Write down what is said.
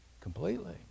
completely